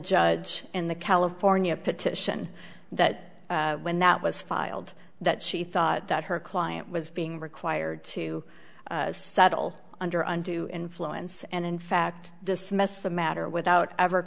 judge in the california petition that when that was filed that she thought that her client was being required to settle under undue influence and in fact dismissed the matter without ever